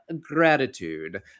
gratitude